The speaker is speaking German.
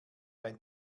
ein